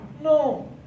No